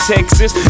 Texas